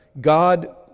God